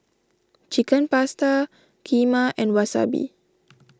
Chicken Pasta Kheema and Wasabi